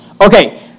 okay